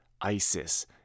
ISIS